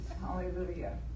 hallelujah